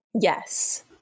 yes